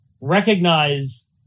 recognize